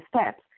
steps